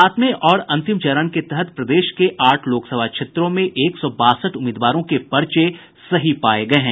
सातवें और अंतिम चरण के तहत प्रदेश के आठ लोकसभा क्षेत्रों में एक सौ बासठ उम्मीदवारों के पर्चे सही पाये गये हैं